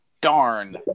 Darn